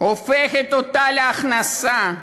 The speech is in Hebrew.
הופכת אותה להכנסה,